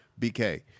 BK